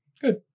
good